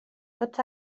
tots